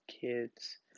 kids